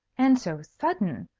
and so sudden.